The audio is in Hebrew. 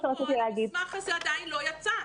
המסמך הזה עדיין לא יצא.